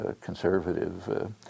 conservative